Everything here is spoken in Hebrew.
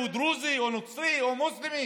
האם הוא דרוזי או נוצרי או מוסלמי?